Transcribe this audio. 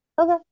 Okay